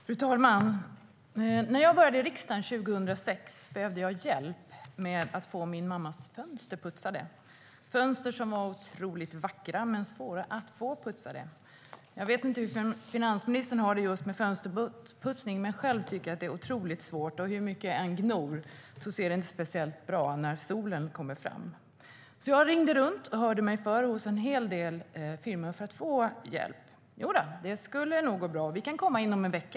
Fru talman! När jag började i riksdagen 2006 behövde jag hjälp med att få min mammas fönster putsade. Det var fönster som var otroligt vackra men svåra att få putsade. Jag vet inte hur finansministern har det just med fönsterputsning, men själv tycker jag att det är otroligt svårt. Hur mycket jag än gnor ser det inte speciellt bra ut när solen kommer fram. Jag ringde runt och hörde mig för hos en hel del firmor för att få hjälp. Jo då, det skulle nog gå bra. Vi kan komma inom en vecka.